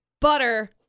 Butter